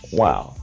wow